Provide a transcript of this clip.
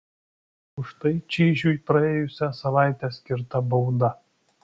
už tai čyžiui praėjusią savaitę skirta bauda